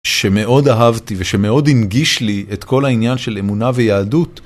שמאוד אהבתי ושמאוד הנגיש לי את כל העניין של אמונה ויהדות.